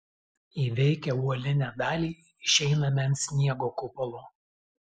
įveikę uolinę dalį išeiname ant sniego kupolo